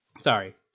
Sorry